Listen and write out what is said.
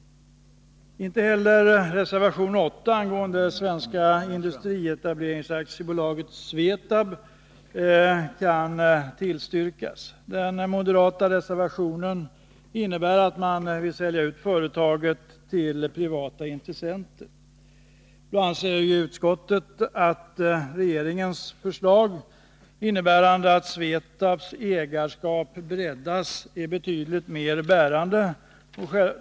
Inte heller reservation 8 angående Svenska Industrietablerings AB Svetab kan tillstyrkas. Den moderata reservationen innebär att man vill sälja ut företaget till privata intressenter. Vi i utskottsmajoriteten anser att regeringens förslag, innebärande att Svetabs ägarskap breddas, är betydligt mer bärande.